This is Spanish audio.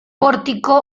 pórtico